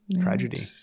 tragedy